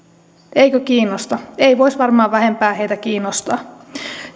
eikö kiinnosta ei voisi varmaan vähempää heitä kiinnostaa